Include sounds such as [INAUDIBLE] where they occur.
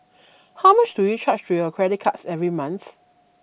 [NOISE] how much do you charge to your credit cards every month